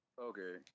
Okay